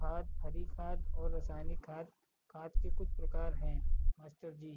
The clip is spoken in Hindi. खाद हरी खाद और रासायनिक खाद खाद के कुछ प्रकार है मास्टर जी